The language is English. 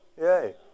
Yay